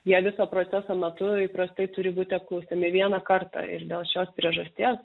jie viso proceso metu įprastai turi būti apklausiami vieną kartą ir dėl šios priežasties